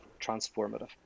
transformative